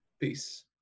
Peace